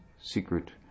secret